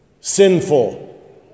sinful